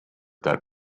that